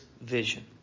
vision